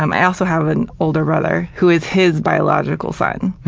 um i also have an older brother who's his biological son,